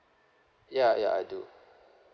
ya ya I do